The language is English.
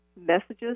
Messages